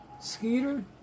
Skeeter